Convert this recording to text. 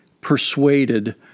persuaded